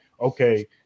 okay